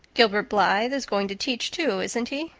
gilbert blythe is going to teach too, isn't he?